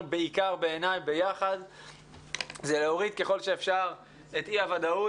בעיקר בעיניי הוא להוריד ככל האפשר את אי הוודאות